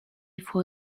for